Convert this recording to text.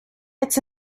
it’s